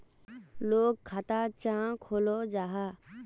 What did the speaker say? लोग खाता चाँ खोलो जाहा?